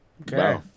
Okay